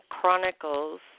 Chronicles